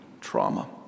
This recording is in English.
trauma